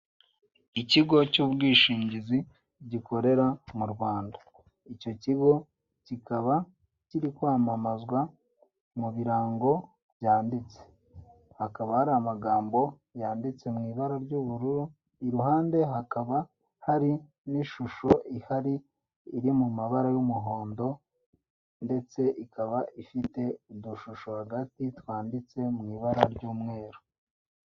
Ikigo cy'ubwishingizi gikorera mu Rwanda, icyo kigo kikaba kiri kwamamazwa mu birango byanditse, hakaba hari amagambo yanditse mu ibara ry'ubururu, i ruhande hakaba hari n'ishusho ihari iri mu mabara y'umuhondo, ndetse ikaba ifite udushusho hagati twanditse mu ibara ry'umweru.